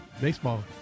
baseball